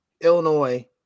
Illinois